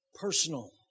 personal